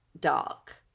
dark